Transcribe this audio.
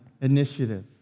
initiative